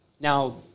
now